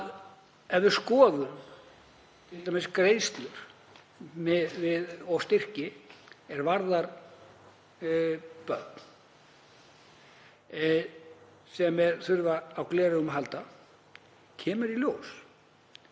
Ef við skoðum t.d. greiðslur og styrki er varða börn sem þurfa á gleraugum að halda kemur í ljós